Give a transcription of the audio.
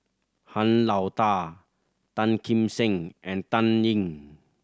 Han Lao Da Tan Kim Seng and Dan Ying